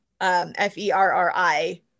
F-E-R-R-I